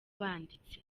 banditse